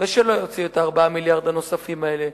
ולא יוציאו את 4 המיליארד הנוספים האלה,